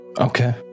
Okay